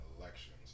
elections